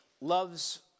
loves